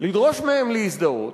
לדרוש מהם להזדהות,